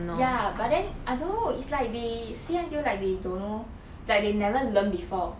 ya but then I don't know it's like they say until like they don't know like they never learn before